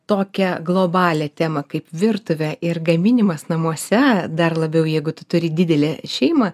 tokią globalią temą kaip virtuvė ir gaminimas namuose dar labiau jeigu tu turi didelę šeimą